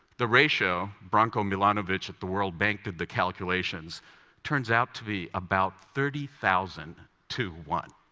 the ratio branko milanovic at the world bank did the calculations turns out to be about thirty thousand to one.